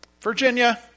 Virginia